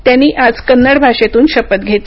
त्यांनी आज कन्नड भाषेतून शपथ घेतली